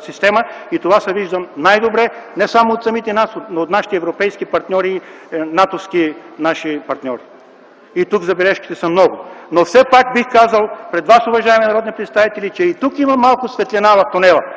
система, и това се вижда най-добре не само от самите нас, но и от нашите европейски партньори, от нашите натовски партньори. И тук забележките са много. Но все пак бих казал пред Вас, уважаеми народни представители, че и тук има малко светлина в тунела.